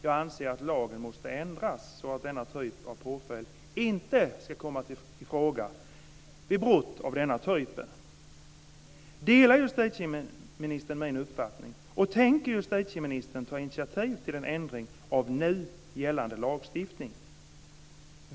Jag anser att lagen måste ändras så att denna typ av påföljd inte ska komma i fråga vid brott av den här typen. Delar justitieministern min uppfattning och tänker justitieministern ta initiativ till en ändring av nu gällande lagstiftning?